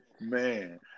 man